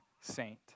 saint